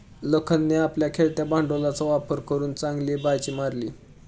लखनने आपल्या खेळत्या भांडवलाचा वापर करून चांगली बाजी मारली